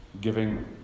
giving